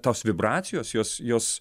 tos vibracijos jos jos